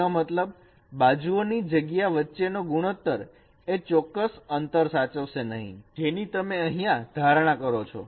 જેનો મતલબ બાજુઓની જગ્યા વચ્ચેનો ગુણોત્તર એ ચોક્કસ અંતર સાચવશે નહીં જેની તમે અહીંયા ધારણા કરો છો